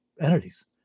entities